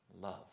love